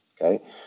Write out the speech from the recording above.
Okay